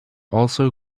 also